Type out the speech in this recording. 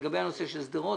לגבי הנושא של שדרות,